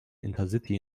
intercity